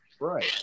Right